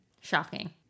Shocking